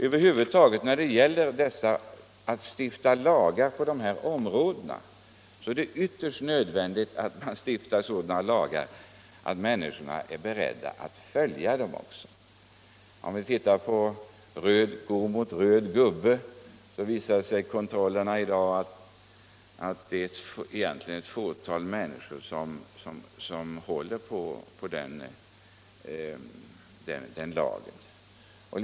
Över huvud taget är det ytterst nödvändigt att man på bl.a. detta område stiftar sådana lagar att människorna är beredda att följa dem. Exempelvis visar det sig vid kontroller i dag att det är få som håller på lagen om att man inte får gå mot röd gubbe.